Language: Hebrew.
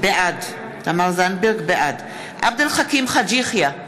בעד עבד אל חכים חאג' יחיא,